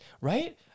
right